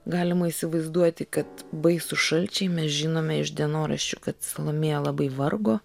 galima įsivaizduoti kad baisūs šalčiai mes žinome iš dienoraščių kad salomėja labai vargo